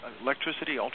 Electricity